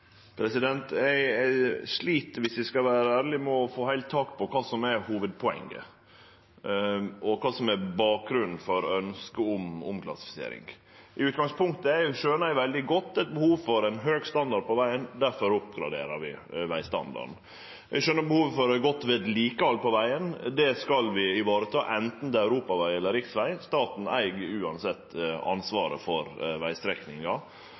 Viss eg skal vere ærleg, slit eg med å få heilt taket på kva som er hovudpoenget, og kva som er bakgrunnen for ønsket om omklassifisering. I utgangspunktet skjønar eg veldig godt behovet for ein høg standard på vegen, og difor oppgraderer vi vegstandarden. Eg skjønar behovet for å ha eit godt vedlikehald på vegen. Det skal vi vareta, anten det er ein europaveg eller ein riksveg. Staten eig uansett ansvaret for vegstrekninga.